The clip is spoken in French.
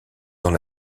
dans